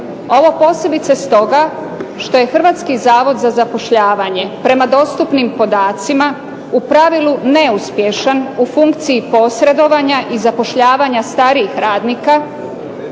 ovo posebice stoga što je Hrvatski zavod za zapošljavanje prema dostupnim podacima u pravilu neuspješan u funkciji posredovanja i zapošljavanja starijih radnika,